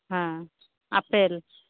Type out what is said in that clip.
হ্যাঁ আপেল